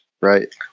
Right